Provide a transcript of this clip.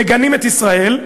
מגנים את ישראל,